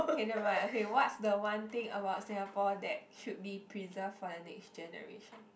okay never mind okay what's the one thing about Singapore that should be preserve for the next generation